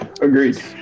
Agreed